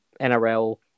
NRL